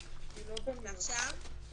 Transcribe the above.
אופקים, בבקשה.